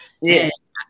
Yes